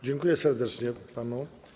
Dziękuję serdecznie panu.